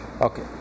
Okay